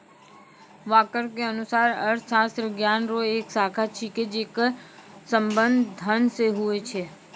walker के अनुसार अर्थशास्त्र ज्ञान रो एक शाखा छिकै जेकर संबंध धन से हुवै छै